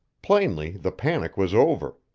plainly the panic was over,